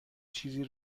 چیزی